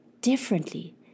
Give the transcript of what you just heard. differently